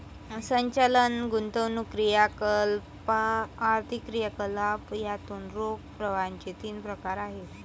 संचालन, गुंतवणूक क्रियाकलाप, आर्थिक क्रियाकलाप यातून रोख प्रवाहाचे तीन प्रकार आहेत